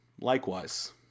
Likewise